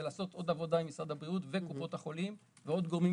לעשות עוד עבודה עם משרד הבריאות וקופות החולים ועוד גורמים